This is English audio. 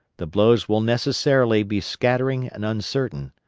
the blows will necessarily be scattering and uncertain.